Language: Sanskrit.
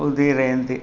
उदीरयन्ति